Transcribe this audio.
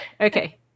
Okay